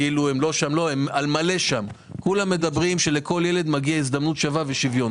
כולם מדברים על זה שלכל ילד מגיעה הזדמנות שווה ושוויון,